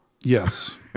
Yes